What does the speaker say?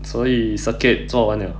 所以 circuit 做完了